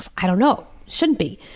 i don't know, shouldn't be.